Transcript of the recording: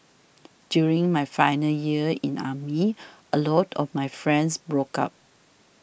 during my final year in army a lot of my friends broke up